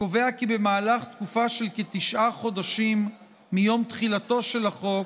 הקובע כי במהלך תקופה של כתשעה חודשים מיום תחילתו של החוק